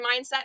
mindset